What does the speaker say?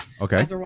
okay